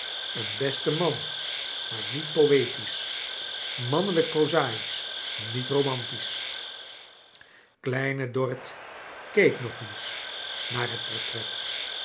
een beste man maar niet poetisch mannelijk prozaisch niet romantisch kleine dorrit keek nog eens naar het portret